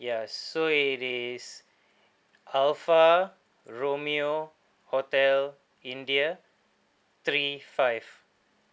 yes so it is alpha romeo hotel india three five